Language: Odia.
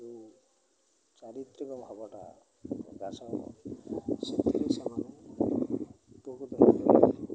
ଯେଉଁ ଚାରିତ୍ରିକ ଭାବଟା ବାସ ହବ ସେଥିରେ ସେମାନେ ଉପକୃତ ହୁଅନ୍ତି